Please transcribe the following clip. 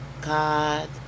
God